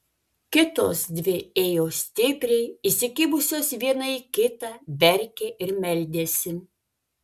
kitos dvi ėjo stipriai įsikibusios viena į kitą verkė ir meldėsi